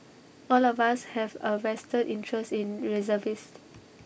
all of us have A vested interest in reservist